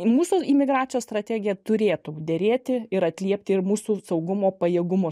mūsų imigracijos strategija turėtų derėti ir atliepti ir mūsų saugumo pajėgumus